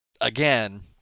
again